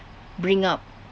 bring up